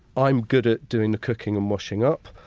i'm good at doing the cooking and washing up,